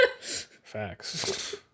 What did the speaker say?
Facts